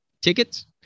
Tickets